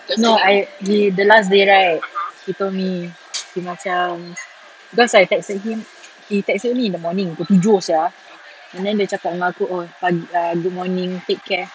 no I he the last day right he told me he macam because I texted him he texted me in the morning pukul tujuh sia and then dia cakap dengan aku oh uh good morning take care